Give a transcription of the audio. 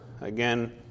again